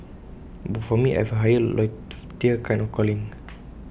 but for me I have A higher loftier kind of calling